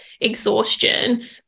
exhaustion